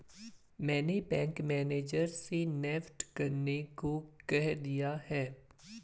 मैंने bank manager से NEFT करने को कह दिया है